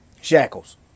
shackles